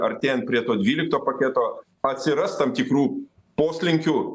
artėjant prie to dvylikto paketo atsiras tam tikrų poslinkių